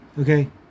Okay